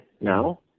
now